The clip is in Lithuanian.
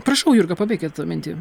prašau jurga pabaikit mintį